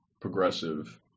progressive